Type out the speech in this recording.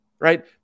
right